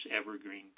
Evergreen